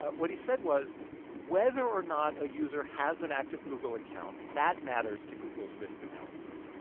what he said was whether or not a user has an active google account that matters to google's risk analysis.